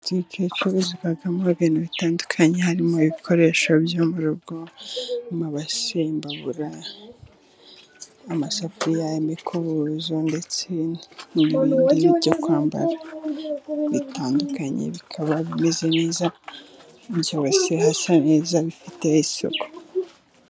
Butike icururizwamo ibintu bitandukanye harimo ibikoresho byo mu rugo, amabase, imbabura, amasafuriya, imikubuzo ndetse n'ibindi byo kwambara bitandukanye, bikaba bimeze neza, byose bisa neza, bifite isuku.